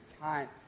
time